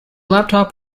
laptop